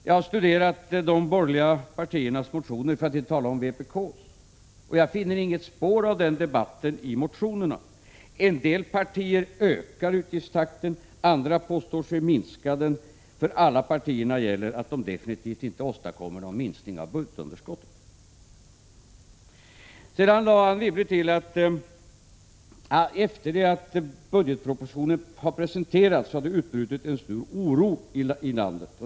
Jag har studerat de borgerliga partiernas motioner, för att inte tala om vpk:s. Jag finner inget spår av den debatten i motionerna. En del partier ökar utgiftstakten, andra påstår sig minska den. För alla partierna gäller att de definitivt inte åstadkommer någon minskning av budgetunderskottet. Sedan sade Anne Wibble att det efter det att budgetpropositionen presenterats utbrutit en stor oro i landet.